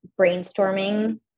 brainstorming